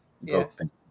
Yes